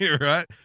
Right